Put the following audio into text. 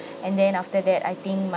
and then after that I think my